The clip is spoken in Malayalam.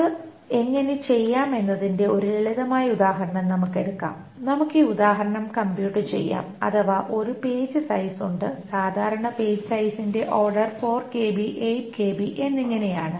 അത് എങ്ങനെ ചെയ്യാം എന്നതിന്റെ ഒരു ലളിതമായ ഉദാഹരണം നമുക്ക് എടുക്കാം നമുക്ക് ഈ ഉദാഹരണം കംബ്യുട്ട് ചെയ്യാം അഥവാ ഒരു പേജ് സൈസ് ഉണ്ട് സാധാരണ പേജ് സൈസിന്റെ ഓർഡർ 4KB 8KB എന്നിങ്ങനെയാണ്